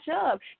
up